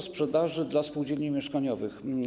Sprzedaż dla spółdzielni mieszkaniowych.